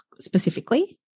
specifically